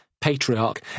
patriarch